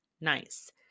Nice